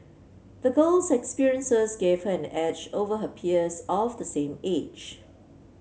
the girl's experiences gave her an edge over her peers of the same age